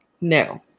no